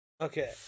Okay